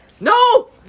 No